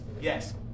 yes